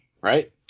right